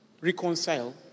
reconcile